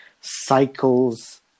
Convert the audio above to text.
cycles